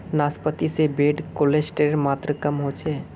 नाश्पाती से bad cholesterol मात्र कम होचे